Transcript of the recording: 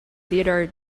theodore